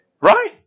Right